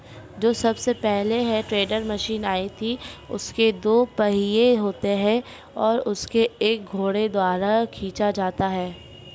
जो सबसे पहले हे टेडर मशीन आई थी उसके दो पहिये होते थे और उसे एक घोड़े द्वारा खीचा जाता था